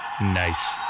Nice